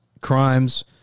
crimes